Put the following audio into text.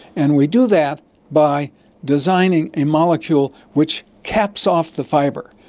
and we do that by designing a molecule which caps off the fibre,